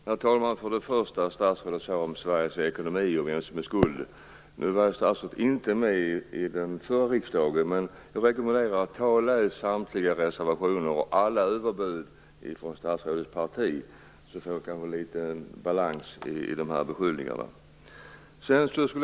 Herr talman! Statsrådet talade om Sveriges ekonomi och vem som har skulden. Statsrådet var inte med under det förra riksmötet, men jag rekommenderar honom att läsa samtliga reservationer och alla överbud från statsrådets parti. Då blir det kanske balans i beskyllningarna.